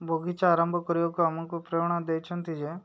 ବଗିଚା ଆରମ୍ଭ କରିବାକୁ ଆମକୁ ପ୍ରେରଣା ଦେଇଛନ୍ତି ଯେ